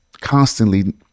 constantly